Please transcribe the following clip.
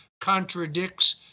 contradicts